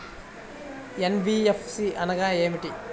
NBFC అనగా ఏమిటీ?